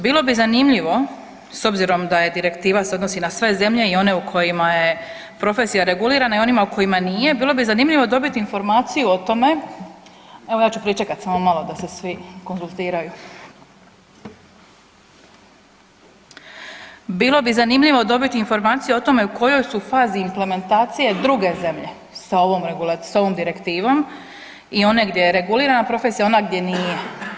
Bilo bi zanimljivo, s obzirom da je Direktiva se odnosi na sve zemlje, i one u kojima je profesija regulirana i onima u kojima nije, bilo bi zanimljivo dobiti informaciju o tome, evo ja ću pričekati da se svi konzultiraju… bilo bi zanimljivo dobiti informaciju o tome u kojoj su fazi implementacije druge zemlje sa ovom Direktivom i one gdje je regulirana profesija i one gdje nije.